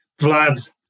Vlad